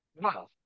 Wow